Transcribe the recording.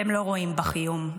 והם לא רואים בך איום.